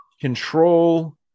control